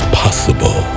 possible